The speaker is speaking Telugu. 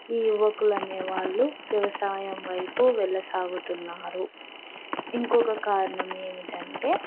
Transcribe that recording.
ఈ యువకులనేవాళ్ళు వ్యవసాయం వైపు వెళ్ళ సాాగుతున్నారు ఇంకొక కారణం ఏమిటంటే